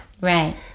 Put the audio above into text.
Right